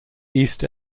east